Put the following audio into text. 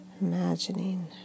imagining